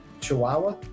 Chihuahua